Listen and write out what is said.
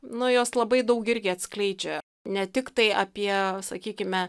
nuo jos labai daug irgi atskleidžia ne tik tai apie sakykime